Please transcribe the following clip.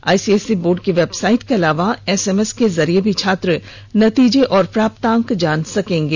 ICSE board की website के अलावा एसएमएस के जरिये भी छात्र नतीजे और प्राप्तांक जान पाएंगे